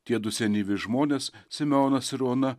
tiedu senyvi žmonės simeonas ir ona